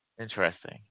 interesting